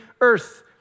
earth